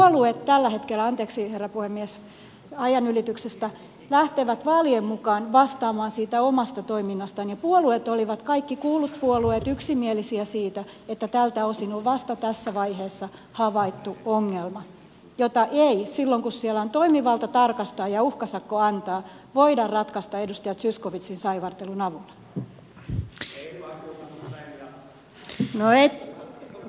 puolueet tällä hetkellä anteeksi herra puhemies ajan ylityksestä lähtevät vaalien mukaan vastaamaan siitä omasta toiminnastaan ja puolueet olivat kaikki kuullut puolueet yksimielisiä siitä että tältä osin on vasta tässä vaiheessa havaittu ongelma jota ei silloin kun siellä on toimivalta tarkastaa ja uhkasakko antaa voida ratkaista edustaja zyskowiczin saivartelun avulla